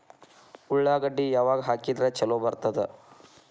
ಉಳ್ಳಾಗಡ್ಡಿ ಯಾವಾಗ ಹಾಕಿದ್ರ ಛಲೋ ಬರ್ತದ?